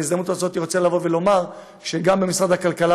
בהזדמנות הזאת אני רוצה לומר שגם במשרד הכלכלה